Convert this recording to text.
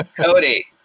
Cody